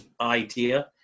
idea